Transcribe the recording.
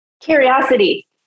Curiosity